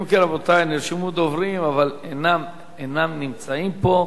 רבותי, נרשמו דוברים, אבל הם אינם נמצאים פה,